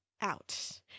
out